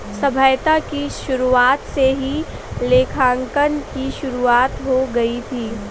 सभ्यता की शुरुआत से ही लेखांकन की शुरुआत हो गई थी